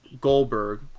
Goldberg